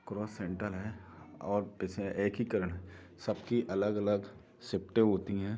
cross centre है और इसमें एकीकरण सब की अलग अलग शिफ्टें होती हैं